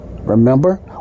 Remember